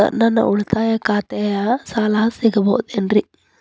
Sir ನನ್ನ ಉಳಿತಾಯ ಖಾತೆಯ ಸಾಲ ಸಿಗಬಹುದೇನ್ರಿ?